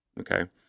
okay